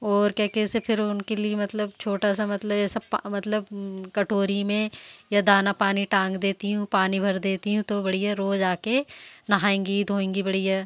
और क्या कैसे फ़िर उनके लिए मतलब छोटा सा मतलब यह सब मतलब कटोरी में या दाना पानी टाँग देती हूँ पानी भर देती हूँ तो बढ़िया रोज़ आकर नहाएँगी धोएँगी बढ़िया